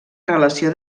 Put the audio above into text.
relació